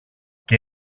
και